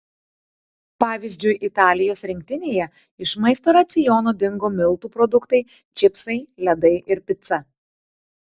pavyzdžiui italijos rinktinėje iš maisto raciono dingo miltų produktai čipsai ledai ir pica